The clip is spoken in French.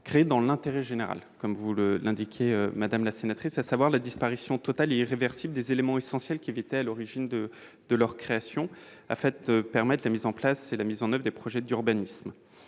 créées dans l'intérêt général. Comme vous l'indiquez, madame la sénatrice, la disparition totale et irréversible des éléments essentiels qui étaient à l'origine de la création de celles-ci permet la mise en oeuvre des projets d'urbanisme.